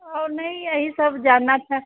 और नहीं यही सब जानना था